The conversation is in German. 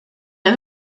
der